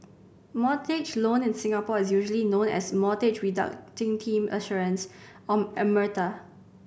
mortgage loan in Singapore is usually known as Mortgage Term Assurance or MRTA